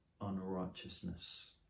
unrighteousness